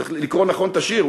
צריך לקרוא נכון את השיר,